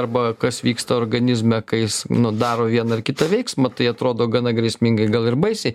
arba kas vyksta organizme kai jis nu daro vieną ar kitą veiksmą tai atrodo gana grėsmingai gal ir baisiai